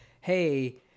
hey